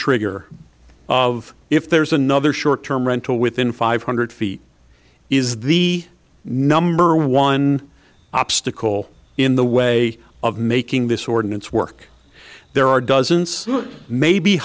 trigger of if there's another short term rental within five hundred feet is the number one obstacle in the way of making this ordinance work there are dozens maybe